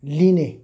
लिने